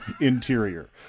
interior